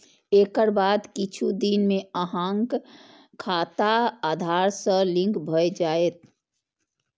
एकर बाद किछु दिन मे अहांक खाता आधार सं लिंक भए जायत